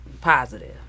positive